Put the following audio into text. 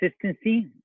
consistency